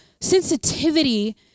sensitivity